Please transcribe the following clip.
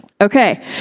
Okay